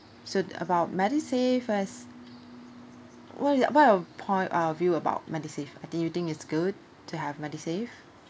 so about medisave as what what your point of view about medisave I think you think is good to have medisave